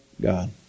God